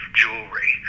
jewelry